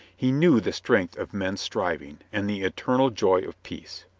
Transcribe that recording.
he knew the strength of man's striving, and the eternal joy of peace.